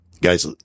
Guys